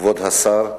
כבוד השר,